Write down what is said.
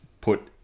put